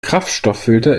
kraftstofffilter